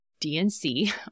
DNC